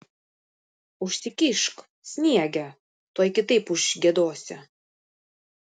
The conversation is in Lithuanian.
užsikišk sniege tuoj kitaip užgiedosi